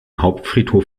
hauptfriedhof